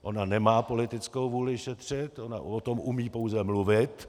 Ona nemá politickou vůli šetřit, ona o tom umí pouze mluvit.